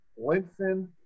Linson